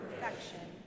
perfection